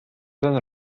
ten